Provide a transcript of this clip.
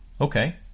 Okay